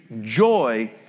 joy